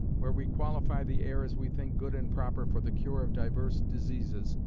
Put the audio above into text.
where we qualify the air as we think good and proper for the cure of divers diseases,